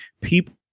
people